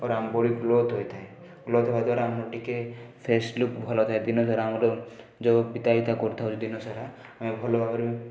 ଆମ body growth ହୋଇଥାଏ growth ହେବାଦ୍ୱାରା ଆମର ଟିକିଏ ଫ୍ରେସ୍ ଲୁକ୍ ଭଲଥାଏ ଦିନସାରା ଆମର ଯେଉଁ ପିତାଇତା କରିଥାଉ ଯେଉଁ ଦିନସାରା ଆଉ ଭଲ ଭାବରେ